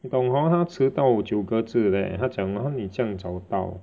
你懂 hor 他迟到九个字 leh 他讲 !huh! 你这样早到